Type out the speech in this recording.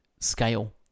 Scale